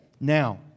Now